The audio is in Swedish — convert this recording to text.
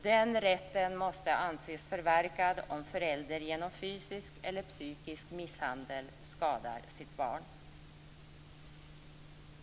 Det rätten måste anses förverkad om föräldern genom fysisk eller psykisk misshandel skadar sitt barn.